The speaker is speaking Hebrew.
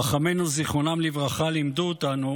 חכמינו זיכרונם לברכה לימדו אותנו